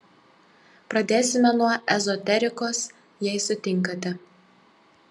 pradėsime nuo ezoterikos jei sutinkate